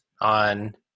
on